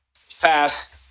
Fast